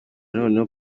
noneho